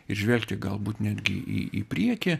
ir žvelgti galbūt netgi į į priekį